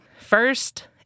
First